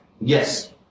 Yes